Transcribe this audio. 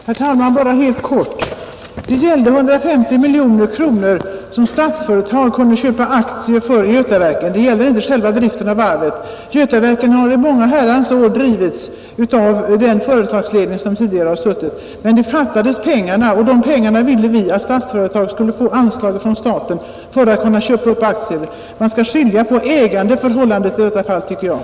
Herr talman! Bara helt kort. Det gällde 150 miljoner kronor som Statsföretag kunde köpa aktier för i Götaverken. Det gäller inte själva driften av varvet. Götaverken har i många herrans år byggts upp av en skicklig arbetarstam och drivits av en företagsledning som helt stått utanför Statsföretag. Men nu fattades pengar, och de pengarna vill vi att Statsföretag skulle få i anslag av staten för att kunna köpa aktier, Man skall i detta fall skilja på ägandeförhållandet och företagsledningen.